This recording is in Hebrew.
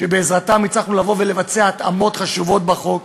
ובעזרתם הצלחנו לבוא ולבצע התאמות חשובות בחוק.